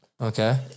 Okay